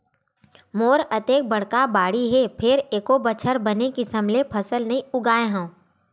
मोर अतेक बड़का बाड़ी हे फेर एको बछर बने किसम ले फसल नइ उगाय हँव